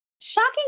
shocking